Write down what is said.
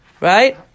Right